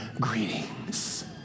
greetings